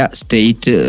state